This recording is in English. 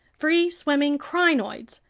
free-swimming crinoids,